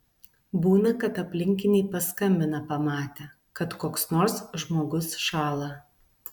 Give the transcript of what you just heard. būna kad aplinkiniai paskambina pamatę kad koks nors žmogus šąla